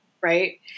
right